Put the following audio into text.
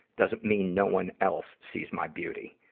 doesn't mean no one else sees my beauty.